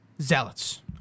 zealots